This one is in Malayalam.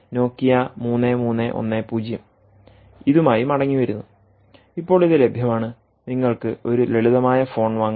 നോക്കിയ 3310 ഇതുമായി മടങ്ങിവരുന്നു ഇപ്പോൾ ഇത് ലഭ്യമാണ് നിങ്ങൾക്ക് ഒരു ലളിതമായ ഫോൺ വാങ്ങാം